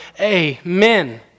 Amen